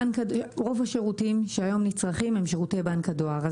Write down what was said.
רוב השירותים שנצרכים היום הם שירותי בנק הדואר.